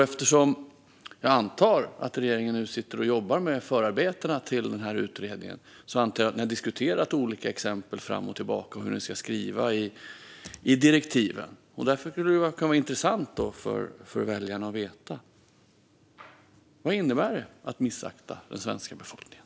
Eftersom jag antar att ni i regeringen nu sitter och jobbar med förarbetena till denna utredning antar jag också att ni har diskuterat olika exempel fram och tillbaka och hur ni ska skriva i direktiven. Därför skulle det kunna vara intressant för väljarna att få veta vad det innebär att missakta den svenska befolkningen.